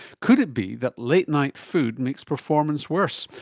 could it be that late-night food makes performance worse?